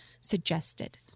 suggested